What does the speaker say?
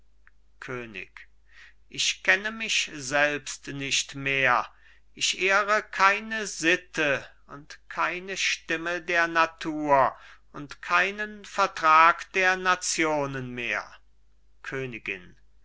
könig ich kenne mich selbst nicht mehr ich ehre keine sitte und keine stimme der natur und keinen vertrag der nationen mehr königin